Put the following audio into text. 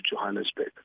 Johannesburg